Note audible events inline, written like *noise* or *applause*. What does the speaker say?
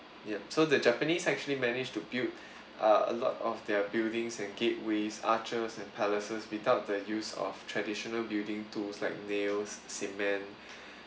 ya so the japanese actually managed to build uh a lot of their buildings and gateways arches and palaces without the use of traditional building tools like nails cement *breath*